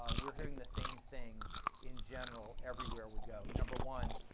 ah we're hearing the same thing in general everywhere we go, number one,